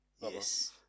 Yes